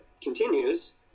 continues